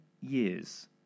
years